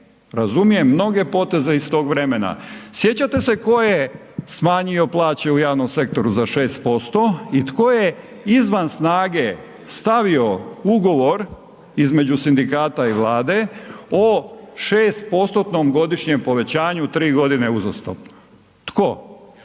razumijem mnoge poteze iz tog vremena. Sjećate se tko je smanjio plaće u javnom sektoru za 6% i tko je izvan snage stavio ugovor između sindikata i Vlade o 6%-tnom godišnjem povećanju u 3 g. uzastopno? Tko?